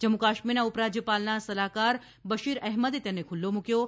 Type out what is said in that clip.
જમ્મુ કાશ્મીરના ઉપરાજ્યપાલના સલાહકાર બશીર અહેમદે તેને ખુલ્લો મુક્યો હતો